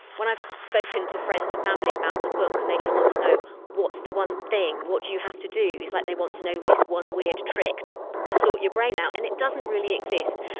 when i've spoken to friends and family about the book and they just want to know what's the one thing, what do you have to do, it's like they want to know this one weird trick to sort your brain out, and it doesn't really exist.